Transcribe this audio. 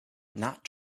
not